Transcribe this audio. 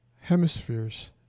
hemispheres